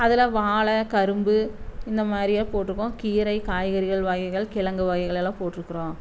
அதில் வாழை கரும்பு இந்த மாதிரியே போட்டிருக்கும் கீரை காய்கறிகள் வகைகள் கிழங்கு வகைகளெல்லாம் போட்டிருக்குறோம்